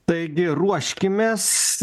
taigi ruoškimės